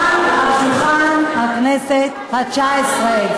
הצעת החוק, הצעת החוק